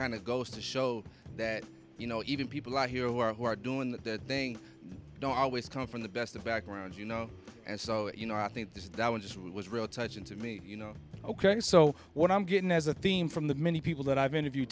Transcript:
kind of goes to show that you know even people out here who are who are doing that thing don't always come from the best of backgrounds you know and so you know i think this is that was just what was really touching to me you know ok so what i'm getting as a theme from the many people that i've interview